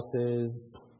houses